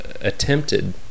attempted